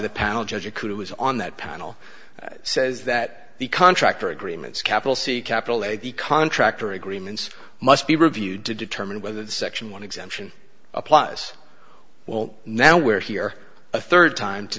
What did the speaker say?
the panel judge it could it was on that panel says that the contractor agreements capital c capital ag contractor agreements must be reviewed to determine whether the section one exemption applies well now we're here a third time to